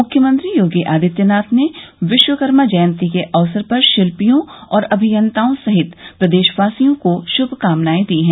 मुख्यमंत्री योगी आदित्यनाथ ने विश्वकर्मा जयन्ती के अवसर पर शिल्पियों और अभियंताओं सहित प्रदेशवासियों को श्मकामनाएं दी है